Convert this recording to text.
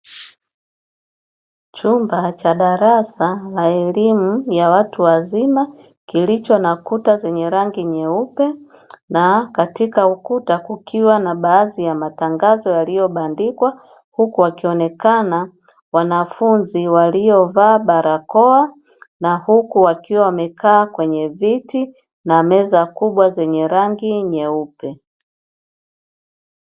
Chumba cha darasa la elimu ya watu wazima kilicho na kuta zenye rangi nyeupe na katika ukuta, kukiwa na baadhi ya matangazo yaliyo bandikwa huku akionekana wanafunzi waliovaa barakoa na huku wakiwa wamekaa kwenye viti na meza kubwa zenye rangi nyeupe.